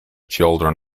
children